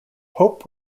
hope